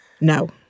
No